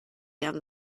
down